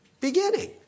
beginning